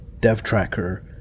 DevTracker